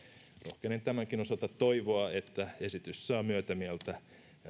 rohkenen tämänkin osalta toivoa että esitys saa myötämieltä